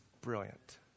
brilliant